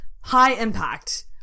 high-impact